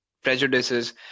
prejudices